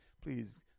Please